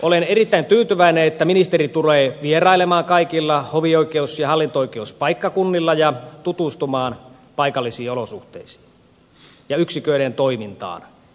olen erittäin tyytyväinen että ministeri tulee vierailemaan kaikilla hovioikeus ja hallinto oikeuspaikkakunnilla ja tutustumaan paikallisiin olosuhteisiin ja yksiköiden toimintaan